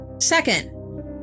Second